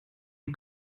dem